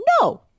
No